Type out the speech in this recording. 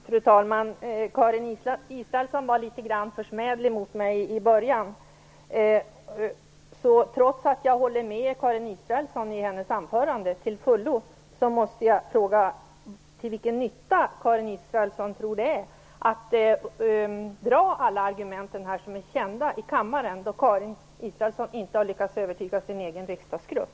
Fru talman! Karin Israelsson var litet grand försmädlig mot mig i början av sitt anförande. Trots att jag till fullo håller med Karin Israelsson i hennes anförande måste jag fråga till vilken nytta Karin Israelsson tror det är att här i kammaren dra alla de argument som kända, då Karin Israelsson inte har lyckats övertyga sin egen riksdagsgrupp.